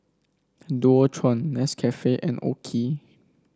Dualtron Nescafe and OKI